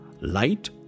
Light